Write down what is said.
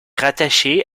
rattachée